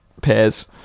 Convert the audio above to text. pairs